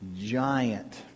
giant